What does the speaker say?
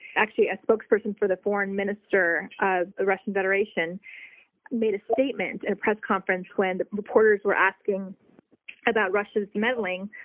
actually a spokesperson for the foreign minister of the russian federation made a statement at a press conference when reporters were asking about russian meddling.